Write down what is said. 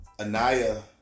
Anaya